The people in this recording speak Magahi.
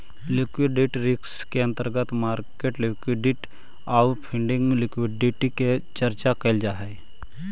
लिक्विडिटी रिस्क के अंतर्गत मार्केट लिक्विडिटी आउ फंडिंग लिक्विडिटी के चर्चा कैल जा हई